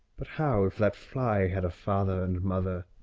but! how if that fly had a father and mother?